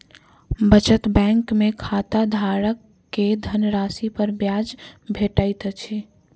बचत बैंक में खाताधारक के धनराशि पर ब्याज भेटैत अछि